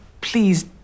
please